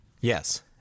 Yes